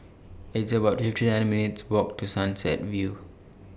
It's about fifty three minutes' Walk to Sunset View